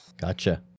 gotcha